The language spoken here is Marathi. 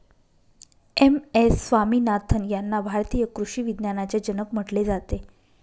एम.एस स्वामीनाथन यांना भारतीय कृषी विज्ञानाचे जनक म्हटले जाते